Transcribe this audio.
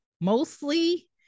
mostly